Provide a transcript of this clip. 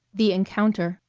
the encounter